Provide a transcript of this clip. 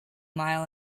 mile